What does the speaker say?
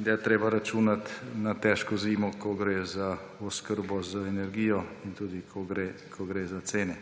in da je treba računati na težko zimo, ko gre za oskrbo z energijo in tudi ko gre za cene.